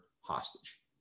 hostage